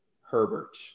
Herbert